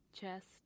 chest